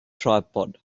tripod